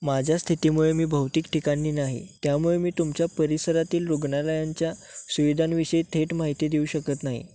माझ्या स्थितीमुळे मी भौतिक ठिकाणी नाही त्यामुळे मी तुमच्या परिसरातील रुग्णालयांच्या सुविधांविषयी थेट माहिती देऊ शकत नाही